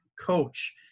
coach